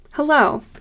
Hello